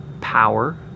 power